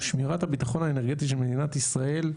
שמירת הביטחון האנרגטי של מדינת ישראל,